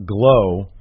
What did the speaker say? Glow